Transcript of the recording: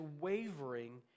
wavering